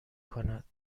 کند